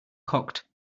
cocked